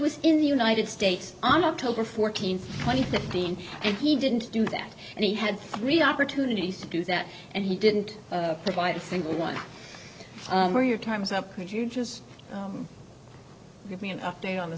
was in the united states on october fourteenth twenty fifteen and he didn't do that and he had read opportunities to do that and he didn't provide a single one where your time is up could you just give me an update on the